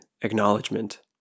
acknowledgement